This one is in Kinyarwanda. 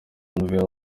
nouvelle